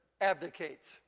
Abdicates